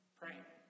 praying